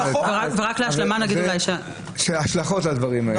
יש השלכות לדברים האלה.